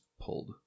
pulled